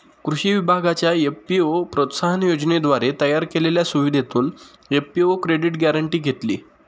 कृषी विभागाच्या एफ.पी.ओ प्रोत्साहन योजनेद्वारे तयार केलेल्या सुविधेतून एफ.पी.ओ क्रेडिट गॅरेंटी घेतली